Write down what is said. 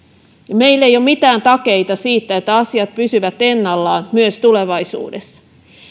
meillä ei ole mitään takeita siitä että asiat pysyvät ennallaan myös tulevaisuudessa